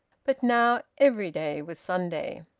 but now every day was sunday.